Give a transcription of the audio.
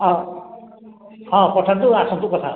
ହଁ ହଁ ପଠାନ୍ତୁ ଆସନ୍ତୁ କଥା ହେବା